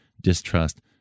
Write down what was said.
distrust